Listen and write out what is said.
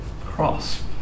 cross